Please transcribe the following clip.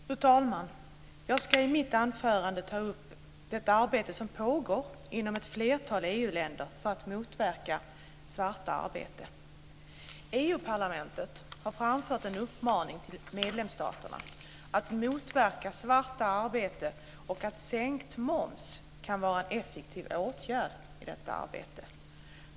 Fru talman! Jag ska i mitt anförande ta upp det arbete som pågår inom ett flertal EU-länder för att motverka svart arbete. EU-parlamentet har framfört en uppmaning till medlemsstaterna att motverka svart arbete, och sänkt moms kan vara en effektiv åtgärd i detta arbete.